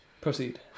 Proceed